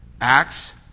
Acts